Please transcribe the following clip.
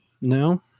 No